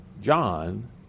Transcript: John